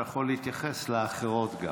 הוא יכול להתייחס לאחרות גם.